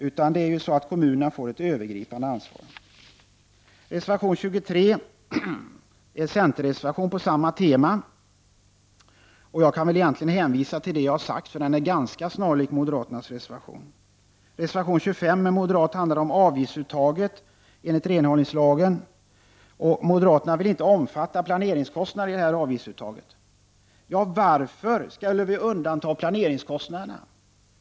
Men kommunerna får ett övergripande ansvar. Reservation 23 är en centerreservation på samma tema. Jag kan hänvisa till det jag redan har sagt — den är snarlik moderaternas reservation. Reservation 25 — moderat — handlar om avgiftsuttaget enligt renhållningslagen. Moderaterna vill inte inkludera planeringskostnaderna i det här avgiftsuttaget. Varför skulle vi undanta planeringskostnaderna?